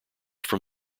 from